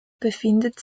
befindet